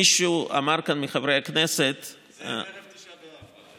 מישהו מחברי הכנסת אמר כאן, זה ערב תשעה באב.